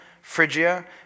Phrygia